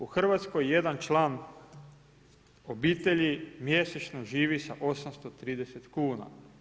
U Hrvatskoj jedan član obitelji mjesečno živi sa 830 kuna.